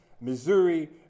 Missouri